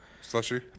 Slushy